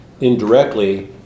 indirectly